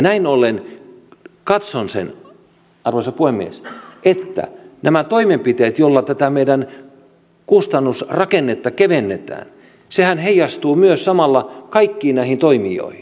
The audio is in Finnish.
näin ollen katson arvoisa puhemies että nämä toimenpiteet joilla tätä meidän kustannusrakennetta kevennetään heijastuvat myös samalla kaikkiin näihin toimijoihin